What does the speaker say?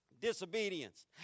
disobedience